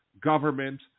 government